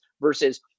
versus